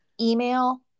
email